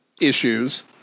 issues